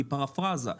כפרפרזה,